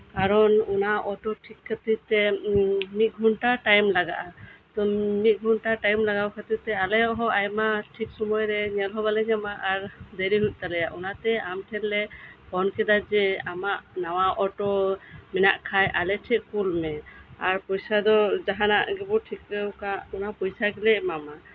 ᱠᱟᱨᱚᱱ ᱚᱱᱟ ᱚᱴᱳ ᱴᱷᱤᱠ ᱠᱷᱟᱹᱛᱤᱨ ᱛᱮ ᱢᱤᱫ ᱜᱷᱚᱱᱴᱟ ᱴᱟᱭᱤᱢ ᱞᱟᱜᱟᱜᱼᱟ ᱛᱚ ᱢᱤᱫ ᱜᱷᱚᱱᱴᱟ ᱴᱟᱭᱤᱢ ᱞᱟᱜᱟᱣ ᱠᱷᱟᱹᱛᱤᱨ ᱛᱮ ᱟᱞᱮᱭᱟᱜ ᱦᱚᱸ ᱟᱭᱢᱟ ᱴᱷᱤᱠᱥᱩᱢᱳᱭ ᱨᱮ ᱧᱮᱞᱦᱚ ᱵᱟᱞᱮ ᱧᱟᱢᱟ ᱟᱨ ᱫᱮᱨᱤ ᱦᱳᱭᱳᱜ ᱛᱟᱞᱮᱭᱟ ᱚᱱᱟᱛᱮ ᱟᱢ ᱴᱷᱮᱱᱞᱮ ᱯᱷᱳᱱ ᱠᱮᱫᱟ ᱡᱮ ᱟᱢᱟᱜ ᱱᱟᱶᱟ ᱚᱴᱚ ᱢᱮᱱᱟᱜ ᱠᱷᱟᱱ ᱟᱞᱮᱴᱷᱮᱱ ᱠᱳᱞᱢᱮ ᱟᱨ ᱯᱚᱭᱥᱟᱫᱚ ᱡᱟᱦᱟᱱᱟᱜ ᱜᱮᱵᱚ ᱴᱷᱤᱠᱟᱹ ᱟᱠᱟᱜ ᱚᱱᱟ ᱯᱚᱭᱥᱟ ᱜᱮᱞᱮ ᱮᱢᱟᱢᱟ